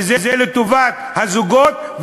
וזה לטובת הזוגות,